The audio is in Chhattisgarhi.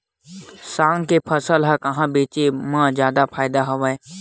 साग के फसल ल कहां बेचे म जादा फ़ायदा हवय?